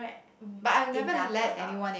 mm enough about